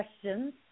questions